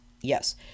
Yes